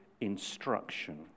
instruction